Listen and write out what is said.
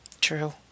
True